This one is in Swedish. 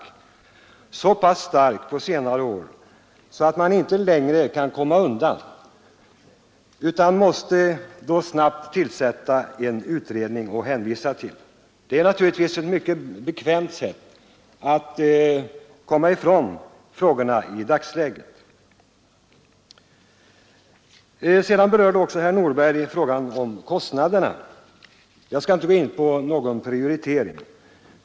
Den har blivit så pass stark på senare år att man inte längre kan komma undan utan snabbt måste tillsätta en utredning och hänvisa till den. Det är naturligtvis ett mycket bekvämt sätt att komma ifrån frågorna i dagsläget. Sedan berörde också herr Nordberg kostnaderna. Jag skall inte gå in på någon prioritering.